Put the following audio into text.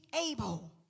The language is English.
able